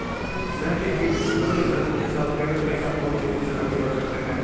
centipedes लंबे शरीर के साथ पैरों के साथ बहुत तेज़ी से आगे बढ़ सकते हैं